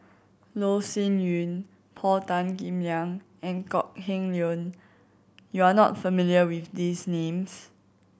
Loh Sin Yun Paul Tan Kim Liang and Kok Heng Leun you are not familiar with these names